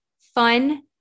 Fun